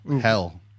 Hell